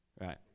right